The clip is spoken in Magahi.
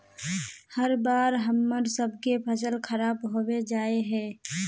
हर बार हम्मर सबके फसल खराब होबे जाए है?